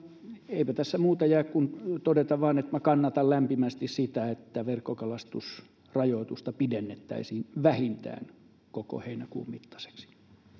eipä tässä muuta jää kuin todeta vain että minä kannatan lämpimästi sitä että verkkokalastusrajoitusta pidennettäisiin vähintään koko heinäkuun mittaiseksi